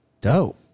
Dope